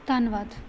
ਧੰਨਵਾਦ